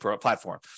platform